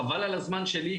חבל על הזמן שלי,